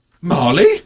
Marley